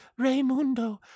Raymundo